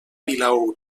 vilaür